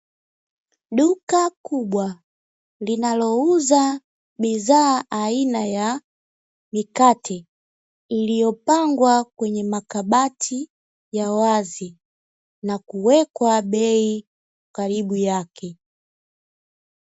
Duka kubwa linalouza bidhaa aina ya mikate, iliopangwa kwenye makabati ya wazi na kuwekwa bei karibu yake.